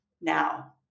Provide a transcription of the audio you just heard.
now